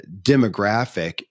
demographic